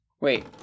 Wait